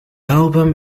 album